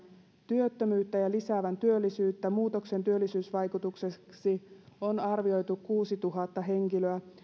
työttömyyttä ja lisäävän työllisyyttä muutoksen työllisyysvaikutukseksi on arvioitu kuusituhatta henkilöä